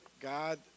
god